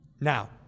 Now